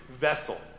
vessel